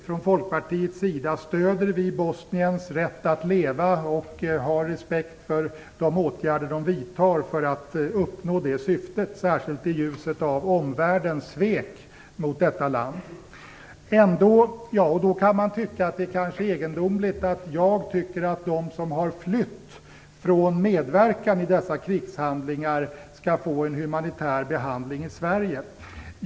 Från Folkpartiets sida stöder vi Bosniens rätt att leva och har respekt för de åtgärder man vidtar för att uppnå det syftet, särskilt i ljuset av omvärldens svek mot landet. Då kan man kanske tycka att det är egendomligt att jag tycker att de som har flytt från medverkan i dessa krigshandlingar skall ha en humanitär behandling i Sverige.